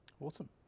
awesome